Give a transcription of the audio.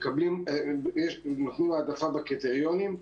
נותנים העדפה בקריטריונים.